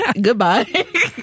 Goodbye